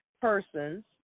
persons